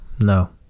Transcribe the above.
No